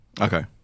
Okay